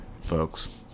folks